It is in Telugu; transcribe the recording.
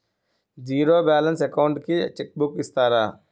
జీరో బాలన్స్ అకౌంట్ కి చెక్ బుక్ ఇస్తారా?